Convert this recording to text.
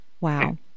Wow